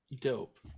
Dope